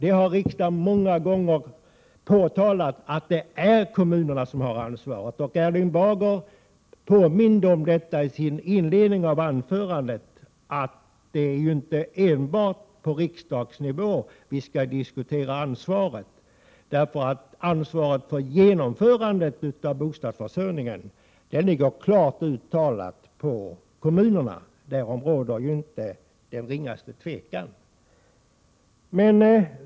Erling Bager påminde i inledningen till sitt anförande om att det är inte enbart på riksdagsnivå som vi har ansvar. Ansvaret för genomförandet av bostadsbyggandet ligger klart uttalat på kommunerna. Därom råder inte den ringaste tvekan.